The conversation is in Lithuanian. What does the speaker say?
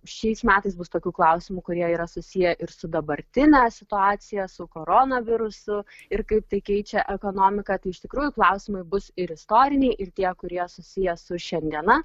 šiais metais bus tokių klausimų kurie yra susiję ir su dabartine situacija su korona virusu ir kaip tai keičia ekonomiką tai iš tikrųjų klausimai bus ir istoriniai ir tie kurie susiję su šiandiena